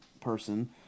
person